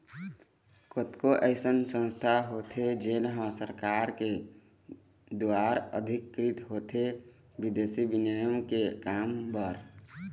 कतको अइसन संस्था होथे जेन ह सरकार के दुवार अधिकृत होथे बिदेसी बिनिमय के काम बर